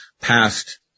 past